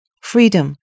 Freedom